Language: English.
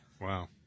Wow